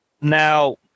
Now